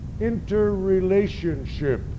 interrelationship